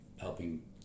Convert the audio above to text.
helping